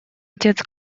отец